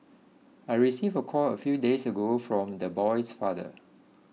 I received the call a few days ago from the boy's father